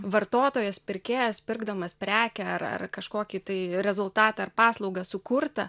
vartotojas pirkėjas pirkdamas prekę ar ar kažkokį tai rezultatą ar paslaugą sukurtą